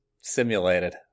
simulated